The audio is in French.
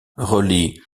relie